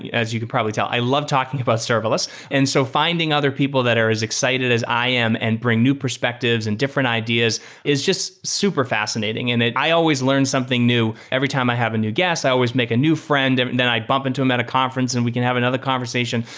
yeah as you can probably tell. i love talking about serverless. and so finding other people that are as excited as i am and bring new perspectives and different ideas is just super fascinating. and i always learn something new every time i have a new guest. i always make a new friend. and then i bump into them at a conference and we can have another conversation.